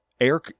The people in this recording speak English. air